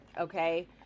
Okay